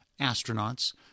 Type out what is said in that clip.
astronauts